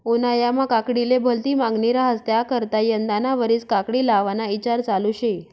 उन्हायामा काकडीले भलती मांगनी रहास त्याकरता यंदाना वरीस काकडी लावाना ईचार चालू शे